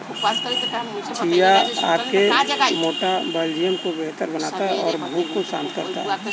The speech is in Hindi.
चिया आपके मेटाबॉलिज्म को बेहतर बनाता है और भूख को शांत करता है